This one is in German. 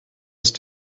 ist